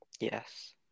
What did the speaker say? Yes